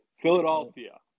Philadelphia